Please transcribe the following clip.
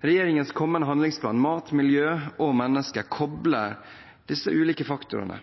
Regjeringens kommende handlingsplan om mat, miljø og mennesker kobler disse ulike faktorene.